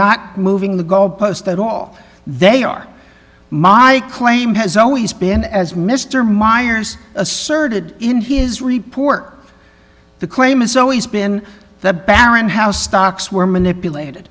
not moving the goalpost at all they are my claim has always been as mr myers asserted in his report the claim has always been the baron how stocks were manipulated